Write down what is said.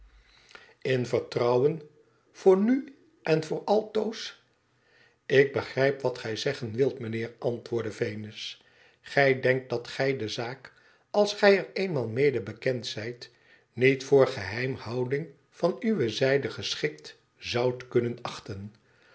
in vertrouwen voor nu en voor altoos lik begrijp wat gij zeggen wilt mijnheer antwoordde venus gij denkt dat gij de zaak als gij er eenmaal mede bekend zijt niet voor geheimhouding van uwe zijde geschikt zoudt kunnen achten